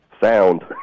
Sound